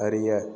அறிய